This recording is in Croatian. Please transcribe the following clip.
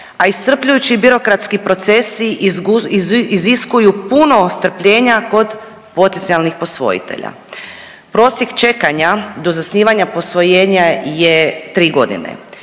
a iscrpljujući birokratski procesi iziskuju puno strpljenja kod potencijalnih posvojitelja. Prosjek čekanja do zasnivanja posvojenja je tri godine,